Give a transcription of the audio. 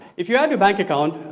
if you add your bank account,